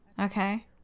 Okay